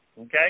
okay